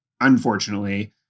unfortunately